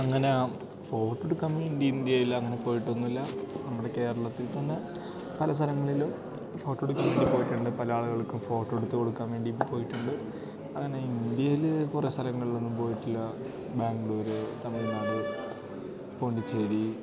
അങ്ങനെ ഫോട്ടോ എടുക്കാൻ വേണ്ടി ഇന്ത്യയില് അങ്ങനെ പോയിട്ടൊന്നുമില്ല നമ്മുടെ കേരളത്തില്ത്തന്നെ പല സ്ഥലങ്ങളിലും ഫോട്ടോ എടുക്കാൻ വേണ്ടി പോയിട്ടുണ്ട് പല ആളുകൾക്കും ഫോട്ടോ എടുത്തു കൊടുക്കാൻ വേണ്ടി പോയിട്ടുണ്ട് അങ്ങനെ ഇന്ത്യയില് കുറേ സ്ഥലങ്ങളിലൊന്നും പോയിട്ടില്ല ബാംഗ്ലൂര് തമിഴ്നാട് പോണ്ടിച്ചേരി